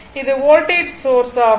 இது voltage source ஆகும்